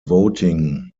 voting